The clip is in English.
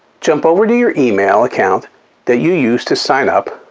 jump over to your email account that you use to sign up.